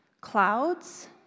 clouds